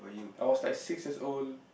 I was like six years' old